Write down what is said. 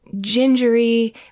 gingery